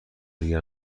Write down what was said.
دیگر